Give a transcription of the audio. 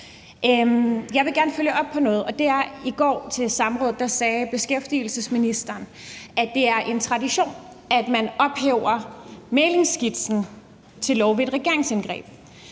Jeg vil gerne følge op på noget, og det er, at beskæftigelsesministeren i går til samrådet sagde, at det er en tradition, at man ophøjer mæglingsskitsen til lov ved et regeringsindgreb.